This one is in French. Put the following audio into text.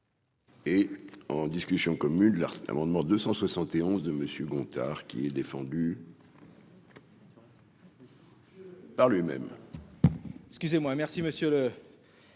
Et en discussion commune là cet amendement 271 de Monsieur Gontard qui est défendu. Par lui même.